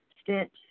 stench